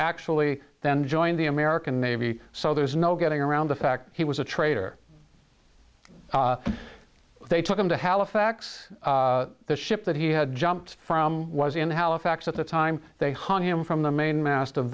actually then joined the american navy so there's no getting around the fact he was a traitor they took him to halifax the ship that he had jumped from was in halifax at the time they hung him from the main mast of